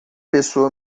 pessoa